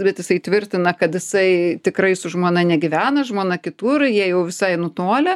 bet jisai tvirtina kad jisai tikrai su žmona negyvena žmona kitur jie jau visai nutolę